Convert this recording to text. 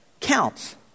counts